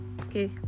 Okay